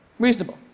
reasonable.